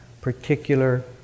particular